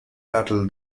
battle